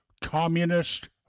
Communist